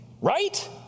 Right